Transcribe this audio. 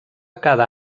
cada